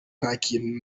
ntakintu